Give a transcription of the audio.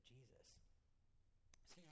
Jesus